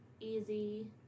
easy